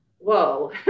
whoa